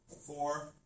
four